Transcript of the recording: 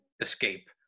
escape